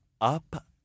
up